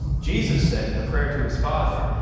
jesus said in a prayer to his father,